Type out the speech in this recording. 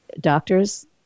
Doctors